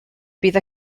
bydd